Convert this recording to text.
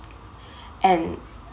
and